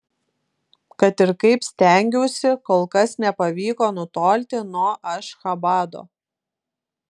kad ir kaip stengiausi kol kas nepavyko nutolti nuo ašchabado